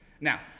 Now